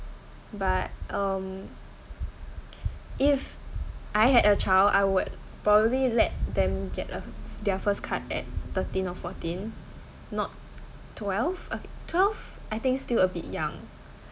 but um if I had a child I would probably let them get uh their first card at thirteen or fourteen not twelve okay twelve I think still a bit young